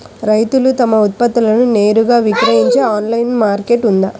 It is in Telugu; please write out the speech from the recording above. రైతులు తమ ఉత్పత్తులను నేరుగా విక్రయించే ఆన్లైను మార్కెట్ ఉందా?